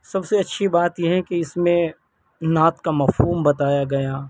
سب سے اچھی بات یہ ہے کہ اس میں نعت کا مفہوم بتایا گیا